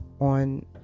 on